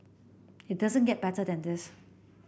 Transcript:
it doesn't get better than this